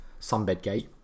Sunbedgate